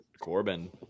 Corbin